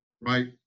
right